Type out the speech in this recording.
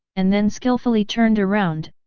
and then skillfully turned around,